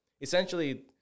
essentially